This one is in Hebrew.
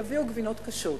יביאו גבינות קשות.